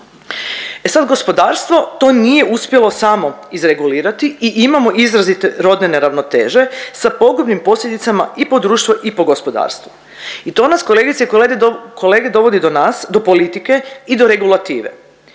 E sad gospodarstvo to nije uspjelo samo izregulirati i imamo izrazite rodne neravnoteže sa pogubnim posljedicama i po društvo i po gospodarstvo i to nas kolegice i kolege, kolege dovodi do nas, do politike i do regulative.